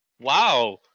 wow